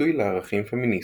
וביטוי לערכים פמיניסטיים.